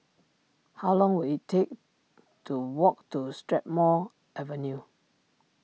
how long will it take to walk to Strathmore Avenue